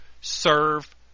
serve